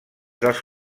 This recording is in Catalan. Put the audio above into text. dels